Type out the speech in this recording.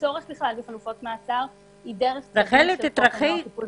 לצורך בכלל בחלופות מעצר היא דרך --- של חוק הנוער (טיפול והשגחה).